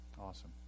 Awesome